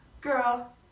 girl